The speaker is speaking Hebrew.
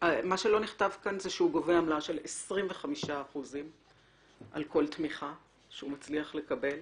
מה שלא נכתב כאן זה שהוא גובה עמלה של 25% על כל תמיכה שהוא מצליח לקבל,